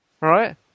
Right